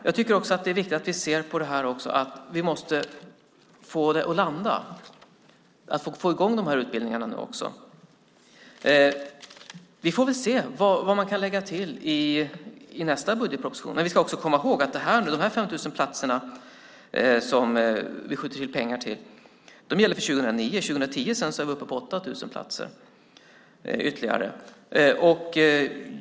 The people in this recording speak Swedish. Jag tycker också att det är viktigt att vi får det att landa och få i gång utbildningarna. Vi får väl se vad man kan lägga till i nästa budgetproposition. Men vi ska också komma ihåg att de här 5 000 platserna som vi skjuter till pengar till gäller 2009. År 2010 är vi uppe på 8 000 platser ytterligare.